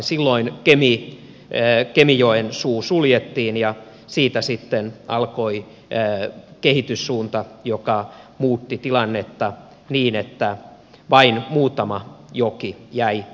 silloin kemijoen suu suljettiin ja siitä sitten alkoi kehityssuunta joka muutti tilannetta niin että vain muutama joki jäi vapaaksi